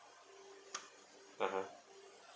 (uh huh)